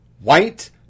White